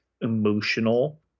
emotional